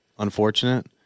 Unfortunate